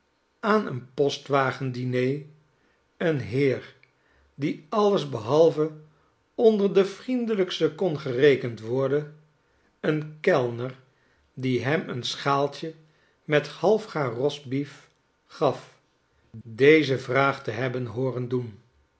aan eenpostwagen diner een heer die alles behalve onder de vriendelijkste kon gerekend worden een kellner die hem een schaaltje met half gaar roast-beef gaf deze vraag te hebben hooren doen